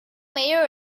mayor